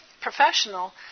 professional